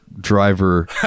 driver